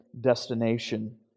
destination